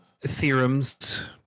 theorems